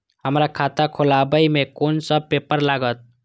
हमरा खाता खोलाबई में कुन सब पेपर लागत?